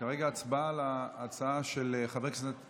נתחיל בהצבעה על ההצעה של חבר הכנסת טיבי,